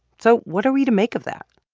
so what are we to make of that?